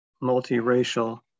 multi-racial